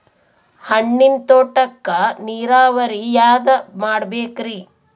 ಹಣ್ಣಿನ್ ತೋಟಕ್ಕ ನೀರಾವರಿ ಯಾದ ಮಾಡಬೇಕ್ರಿ?